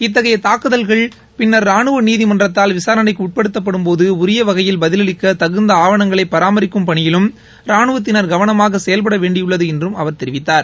இத்தகைய தாக்குதல்கள் பின்னர் ராணுவ நீதிமன்றத்தால் விசாரணைக்கு உட்படுத்தப்படும்போது உரிய வகையில் பதிலளிக்க தகுந்த ஆவணங்களை பராமரிக்கும் பணியிலும் ரானுவத்தினர் கவனமாக செயல்பட வேண்டியுள்ளது என்றும் அவர் தெரிவித்தார்